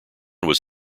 was